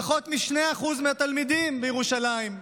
פחות מ-2% מהתלמידים בירושלים,